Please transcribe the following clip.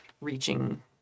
reaching